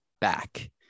back